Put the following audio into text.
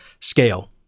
scale